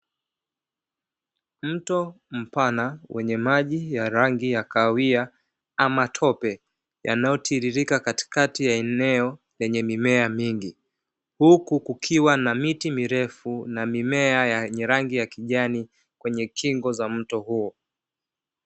Mto mpana wenye maji ya rangi ya kahawia ama tope yanayotiririka katikati ya eneo lenye mimea mingi, huku kukiwa na miti mirefu na mimea yenye rangi ya kijani kwenye kingo za mto huo.